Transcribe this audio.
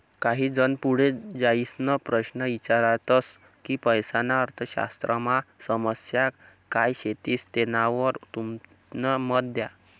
काही जन पुढे जाईसन प्रश्न ईचारतस की पैसाना अर्थशास्त्रमा समस्या काय शेतीस तेनावर तुमनं मत द्या